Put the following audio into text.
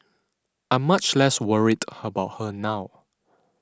I'm much less worried about her now